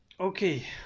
Okay